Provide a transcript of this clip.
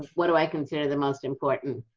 what do i consider the most important?